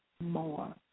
more